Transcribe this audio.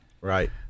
Right